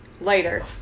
Later